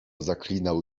zaklinał